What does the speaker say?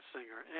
Singer